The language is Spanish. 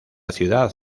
ciudad